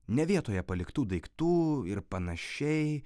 ne vietoje paliktų daiktų ir panašiai